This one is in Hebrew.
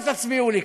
ותצביעו ליכוד.